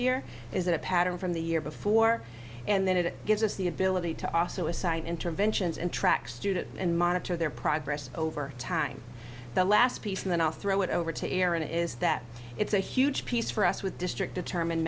year is it a pattern from the year before and then it gives us the ability to also assign interventions and track students and monitor their progress over time the last piece and then i'll throw it over to aaron is that it's a huge piece for us with district determine